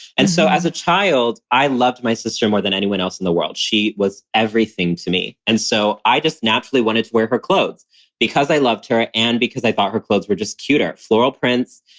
and so as a child, i loved my sister more than anyone else in the world. she was everything to me. and so i just naturally wanted to wear her clothes because i loved her and because i thought her clothes were just cuter. floral prints,